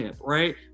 right